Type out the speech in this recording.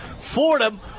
Fordham